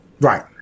Right